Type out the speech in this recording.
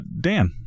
Dan